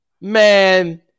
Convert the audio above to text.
man